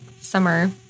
summer